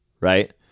right